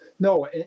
No